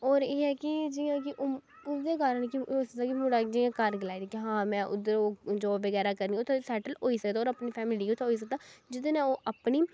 होर एह् ऐ कि जि'यां कि उ'ऐ कारण कि ओह् इ'यै कारण गलाई दिंदा कि आं में उद्धर जाॅब बगैरा करनी उत्थें सेटल होई सकदे होर अपनी फैमिली लेइयै सेटल होई सकदा जेह्दे नै ओह् अपनी